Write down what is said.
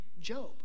Job